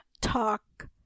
talk